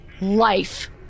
life